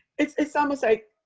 it's it's almost like,